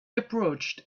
approached